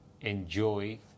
enjoy